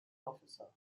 officer